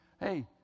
Hey